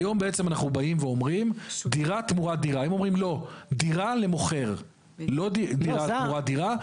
היום, בעצם, אנחנו באים ואומרים, דירה תמורת דירה.